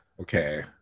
Okay